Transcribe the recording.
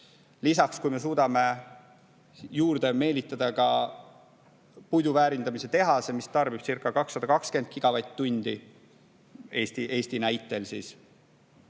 Lisaks, kui me suudame juurde meelitada ka puidu väärindamise tehase, mis tarbibcirca220 gigavatt-tundi – Eesti näitel –,